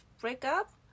breakup